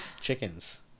Chickens